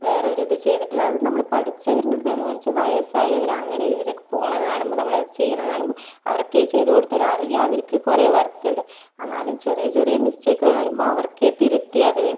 വേറൊരിത് ചെയ്തിട്ട് വാ അത് നമ്മള് പഠിച്ചവരിൻ്റെ അടുത്താണ് കുറച്ച് വയസ്സായവര് അങ്ങനെ ഇവരൊക്കെ പോകുന്ന കാണുമ്പം നമ്മളത് ചെയ്യുന്നത് കാണുമ്പോൾ അവർക്കത് ചെയ്തു കൊടുത്തൂടെ അറിയാം അവർക്ക് കുറെ വർക്കുണ്ട് എന്നാലും ചെറിയ ചെറിയ മിസ്റ്റേകുകള് വരുമ്പം അവർക്കത് തിരുത്തി അത്